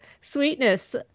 Sweetness